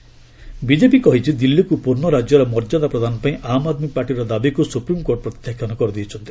ରିକୁ ଏସ୍ସି ବିଜେପି କହିଛି ଦିଲ୍ଲୀକୁ ପୂର୍ଷରାଜ୍ୟର ମର୍ଯ୍ୟାଦା ପ୍ରଦାନପାଇଁ ଆମ୍ ଆଦ୍ମୀ ପାର୍ଟିର ଦାବିକୁ ସୁପ୍ରିମ୍କୋର୍ଟ ପ୍ରତ୍ୟାଖ୍ୟାନ କରିଦେଇଛନ୍ତି